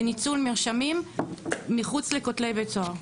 וניצול מרשמים מחוץ לכותלי בית הסוהר.